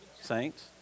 saints